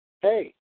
Hey